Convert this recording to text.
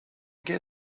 get